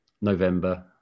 November